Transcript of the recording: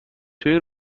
تواین